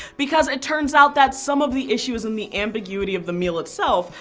because it turns out that some of the issue is in the ambiguity of the meal itself,